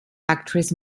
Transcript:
actress